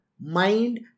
mind